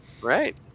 Right